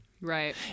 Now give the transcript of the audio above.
Right